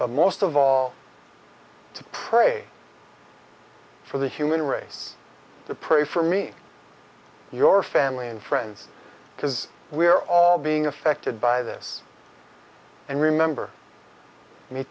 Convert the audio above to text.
but most of all to pray for the human race to pray for me your family and friends because we are all being affected by this and remember me